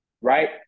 right